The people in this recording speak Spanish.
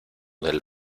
del